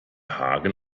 haken